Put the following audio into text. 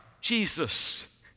Jesus